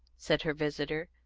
said her visitor,